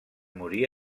morir